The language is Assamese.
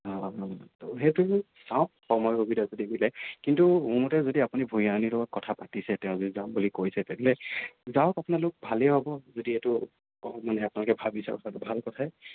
সেইটো চাওঁ যদি সময় সুবিধা যদি মিলে কিন্তু মোৰ মতে যদি আপুনি ভূঞানীৰ লগত কথা পাতিছে তেওঁ যদি যাম বুলি কৈছে তেতিয়াহ'লে যাওক আপোনালোক ভালেই হ'ব যদি এইটো মানে আপোনালোকে ভাবিছে কথাটো ভাল কথাই